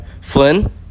Flynn